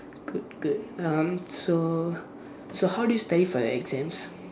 good good um so so how do you study for your exams